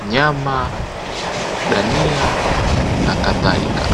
nyama, dania na kadhalika.